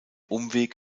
umweg